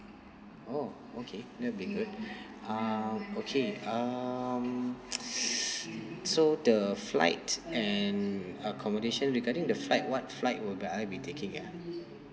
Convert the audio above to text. oh okay that will be good uh okay um so the flight and accommodation regarding the flight what flight would I be taking ah